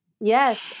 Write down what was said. Yes